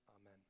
amen